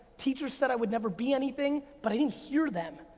teachers said i would never be anything, but i didn't hear them,